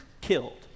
killed